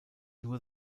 nur